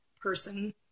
person